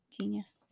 genius